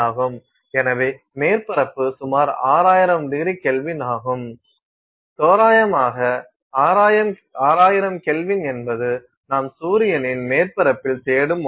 எனவே மேற்பரப்பு சுமார் 6000ºK ஆகும் தோராயமாக 6000K என்பது நாம் சூரியனின் மேற்பரப்பில் தேடும் ஒன்று